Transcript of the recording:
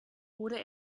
wurde